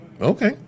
Okay